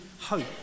hope